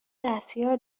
دستیار